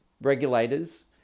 regulators